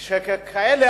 ככאלה,